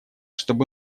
чтобы